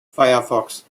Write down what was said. firefox